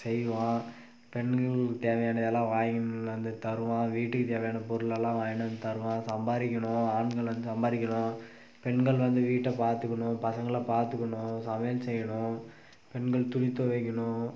செய்வான் பெண்களுக்கு தேவையான இதெல்லாம் வாங்கிகிட்டு வந்து தருவான் வீட்டுக்கு தேவையான பொருளெல்லாம் வாங்கிகிட்டு வந்து தருவான் சம்பாதிக்கணும் ஆண்கள் வந்து சம்பாதிக்கணும் பெண்கள் வந்து வீட்டை பார்த்துக்கணும் பசங்களை பார்த்துக்கணும் சமையல் செய்யணும் பெண்கள் துணி துவைக்கணும்